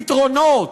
פתרונות.